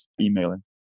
emailing